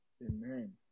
Amen